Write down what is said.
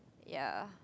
ya